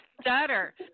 stutter